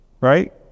Right